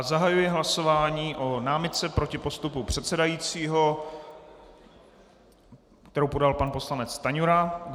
Zahajuji hlasování o námitce proti postupu předsedající, kterou podal pan poslanec Stanjura.